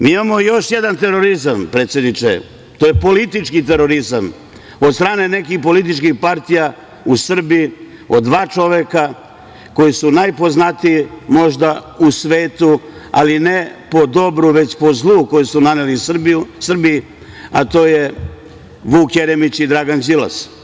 Mi imamo još jedan terorizam, predsedniče, to je politički terorizam od strane nekih političkih partija u Srbiji od dva čoveka koji su najpoznatiji možda u svetu, ali ne po dobru, već po zlu koji su naneli Srbiji, a to je Vuk Jeremić i Dragan Đilas.